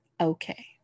Okay